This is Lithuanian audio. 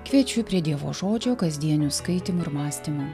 kviečiu prie dievo žodžio kasdienių skaitymų ir mąstymų